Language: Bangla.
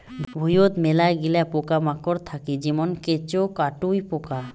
ভুঁইয়ত মেলাগিলা পোকামাকড় থাকি যেমন কেঁচো, কাটুই পোকা